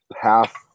Half